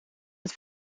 uit